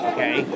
Okay